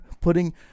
putting